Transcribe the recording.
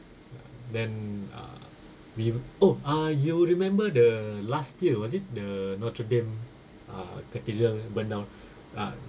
then ah we oh ah you remember the last year was it the notre dame uh cathedral burn down ah